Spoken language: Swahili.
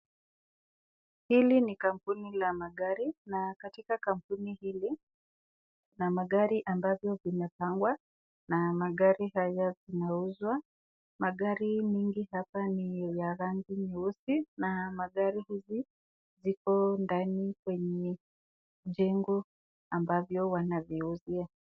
Hili ni kampuni la magari na katika kampuni hili na magari ambavyo vimepangwa na magari haya zinauzwa. Magari mingi hapa ni ya rangi nyeusi na magari hizi ziko ndani kwenye jengo ambavyo wanaviuzia.